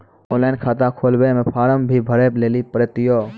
Online खाता खोलवे मे फोर्म भी भरे लेली पड़त यो?